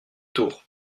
tour